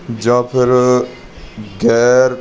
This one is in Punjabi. ਜਾਂ ਫਿਰ ਗੈਰ